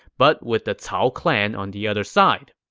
but with the cao clan on the other side.